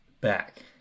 back